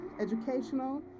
educational